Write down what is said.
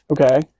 okay